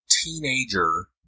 teenager